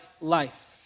life